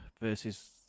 versus